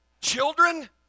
Children